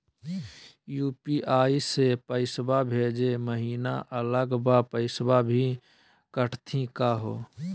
UPI स पैसवा भेजै महिना अलग स पैसवा भी कटतही का हो?